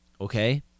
Okay